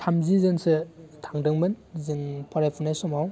थामजि जोनसो थांदोंमोन जों फरायफुनाय समाव